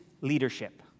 leadership